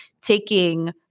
taking